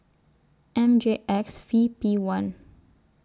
M J X V P one